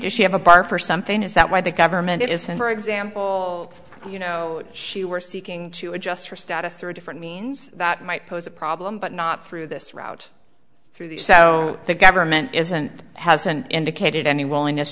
she have a bar for something is that why the government isn't for example you know she were seeking to adjust her status through different means that might pose a problem but not through this route through these so the government isn't hasn't indicated any willingness